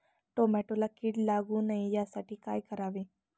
टोमॅटोला कीड लागू नये यासाठी काय करावे?